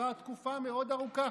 כבר תקופה מאוד ארוכה,